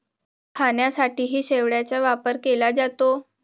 खाण्यासाठीही शेवाळाचा वापर केला जातो